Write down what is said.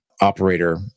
operator